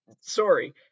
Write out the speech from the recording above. sorry